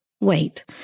Wait